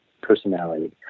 personality